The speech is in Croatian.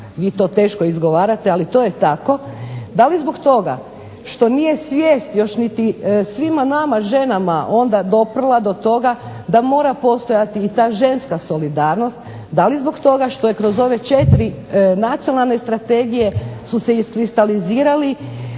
vi to teško izgovarate ali to je tako, da li zbog toga što nije svijest još svima nama ženama doprla do toga da mora postojati i ta ženska solidarnost. Da li zbog toga što kroz ove 4 nacionalne strategije su se iskristalizirali